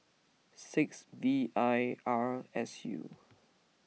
six V I R S U